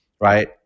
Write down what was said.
right